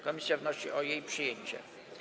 Komisja wnosi o jej przyjęcie.